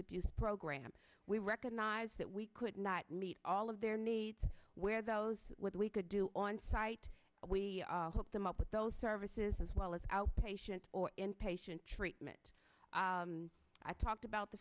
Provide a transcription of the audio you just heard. abuse program we recognize that we could not meet all of their needs where those with we could do on site we help them up with those services as well as outpatient or inpatient treatment i talked about the